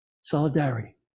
solidarity